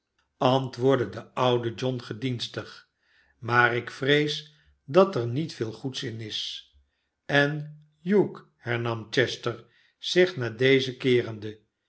antwoordde de oude john gedienstig maar ik vrees dat er niet veel goeds in is en hugh hernam chester zich naar dezen keerende